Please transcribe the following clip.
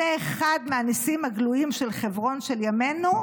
זה אחד הניסים הגלויים של חברון של ימינו,